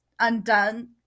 undone